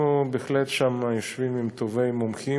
אנחנו בהחלט יושבים עם טובי המומחים